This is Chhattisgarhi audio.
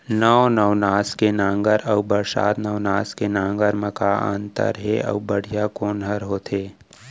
नौ नवनास के नांगर अऊ बरसात नवनास के नांगर मा का अन्तर हे अऊ बढ़िया कोन हर होथे?